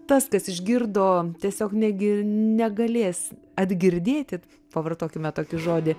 tas kas išgirdo tiesiog negi negalės atgirdėti pavartokime tokį žodį